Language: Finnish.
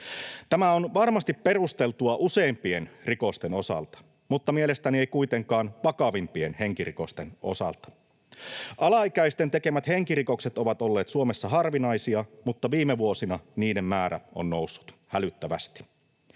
Tämä on varmasti perusteltua useimpien rikosten osalta, mutta mielestäni ei kuitenkaan vakavimpien henkirikosten osalta. Alaikäisten tekemät henkirikokset ovat olleet Suomessa harvinaisia, mutta viime vuosina niiden määrä on noussut hälyttävästi.